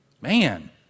Man